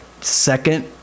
second